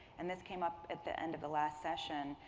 and this came up at the end of the last session,